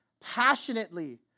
passionately